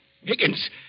Higgins